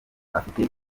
afite